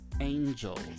Angels